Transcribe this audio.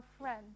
friend